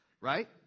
right